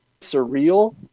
surreal